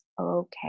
okay